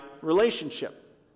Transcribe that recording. relationship